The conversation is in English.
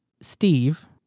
Steve